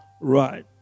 Right